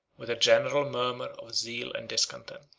with a general murmur of zeal and discontent.